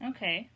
Okay